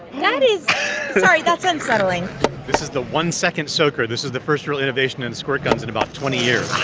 that is sorry, that's unsettling this is the one second soaker. this is the first real innovation in squirt guns in about twenty years